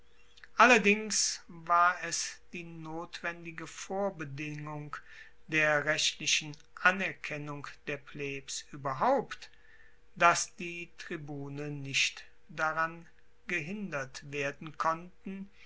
allerdings war es die notwendige vorbedingung der rechtlichen anerkennung der plebs ueberhaupt dass die tribune nicht daran gehindert werden konnten